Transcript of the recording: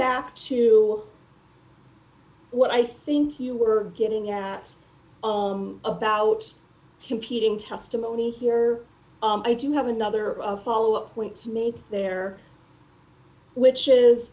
back to what i think you were getting at about competing testimony here i do have another of follow up points made there which is